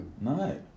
No